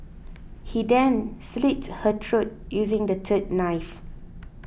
he then slit her throat using the third knife